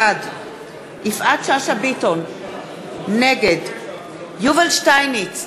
בעד יפעת שאשא ביטון, נגד יובל שטייניץ,